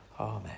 Amen